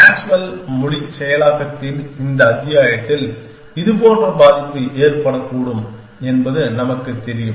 Maxwell மொழி செயலாக்கத்தின் இந்த அத்தியாயத்தில் இதுபோன்ற பாதிப்பு ஏற்படக்கூடும் என்பது நமக்குத் தெரியும்